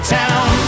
town